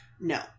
No